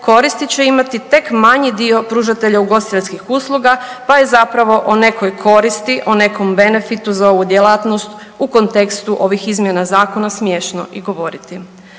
koristi će imati tek manji dio pružatelja ugostiteljskih usluga pa je zapravo o nekoj koristi, o nekom benefitu za ovu djelatnost u kontekstu ovih izmjena zakona smješno i govoriti.